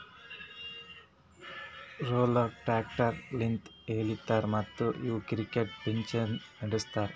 roller tractor ಲಿಂತ್ ಎಳಿತಾರ ಮತ್ತ್ ಇವು ಕ್ರಿಕೆಟ್ ಪಿಚ್ದಾಗ್ನು ನಡುಸ್ತಾರ್